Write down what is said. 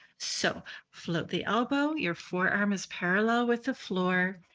so float the elbow, your forearm is parallel with the floor,